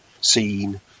seen